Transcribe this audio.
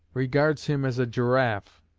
regards him as a giraffe